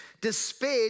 despaired